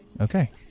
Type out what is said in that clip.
Okay